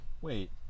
wait